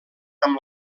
amb